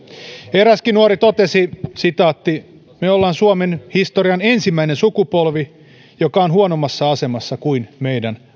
eräskin nuori totesi me ollaan suomen historian ensimmäinen sukupolvi joka on huonommassa asemassa kuin meidän